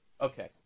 Okay